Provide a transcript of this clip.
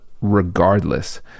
regardless